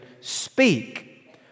speak